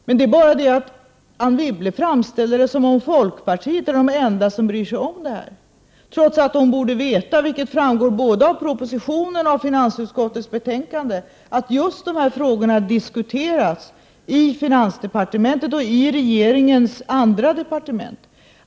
Men Anne Wibble framställer saken som om folkpartiet är det enda parti som bryr sig om detta, trots att hon borde veta att — det framgår både av propositionen och av finansutskottets betänkande — just de här frågorna diskuteras både i finansdepartementet och i Övriga regeringsdepartementet.